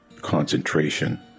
concentration